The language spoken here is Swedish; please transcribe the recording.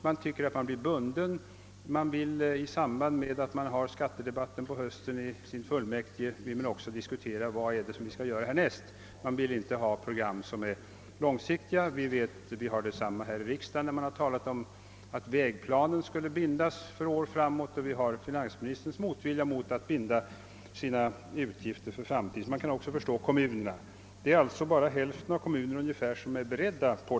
Man känner sig bunden av dem och vill i stället i samband med skattedebatten på hösten kunna ta upp till diskussion de åtgärder som närmast är aktuella. Samma motstånd mot långsiktiga program förekommer här i riksdagen, när det gällt att fastställa vägplanen för åratal framåt. Finansministern visar också motvilja mot att låsa sina utgifter för framtiden. Kommunernas motvilja i detta avseende kan alltså vara förståelig. Det är också bara ungefär hälften av kommunerna som förberett sig på detta sätt.